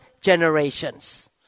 generations